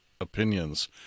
opinions